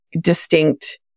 distinct